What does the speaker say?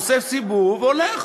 עושה סיבוב והולך.